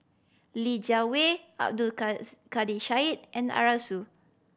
Li Jiawei Abdul Kadir Syed and Arasu